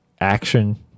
action